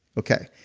okay.